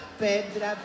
pedra